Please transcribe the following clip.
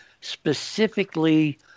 specifically